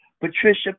Patricia